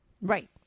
Right